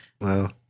Wow